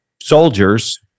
soldiers